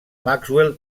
maxwell